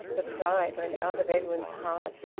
the pride went out of edwin's heart.